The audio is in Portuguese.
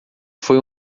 foi